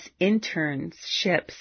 internships